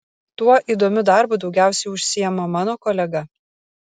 tuo įdomiu darbu daugiausiai užsiima mano kolega